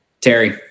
Terry